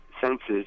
senses